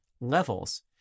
levels